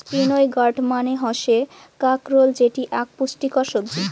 spiny gourd মানে হসে কাঁকরোল যেটি আক পুষ্টিকর সবজি